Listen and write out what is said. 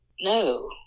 no